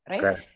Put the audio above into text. right